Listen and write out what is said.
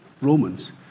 Romans